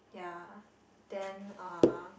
ya then uh